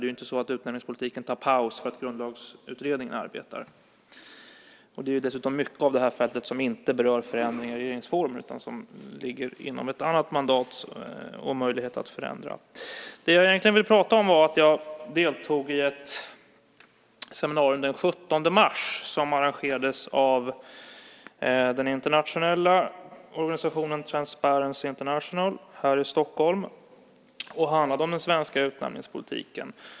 Det är inte så att utnämningspolitiken tar paus för att Grundlagsutredningen arbetar. Det är dessutom mycket av det här fältet som inte berör förändringar i regeringsformen utan som ligger inom ett annat mandat och en annan möjlighet att förändra. Det jag egentligen ville prata om är att jag deltog i ett seminarium den 17 mars som arrangerades av den internationella organisationen Transparency International här i Stockholm. Det handlade om den svenska utnämningspolitiken.